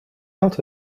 out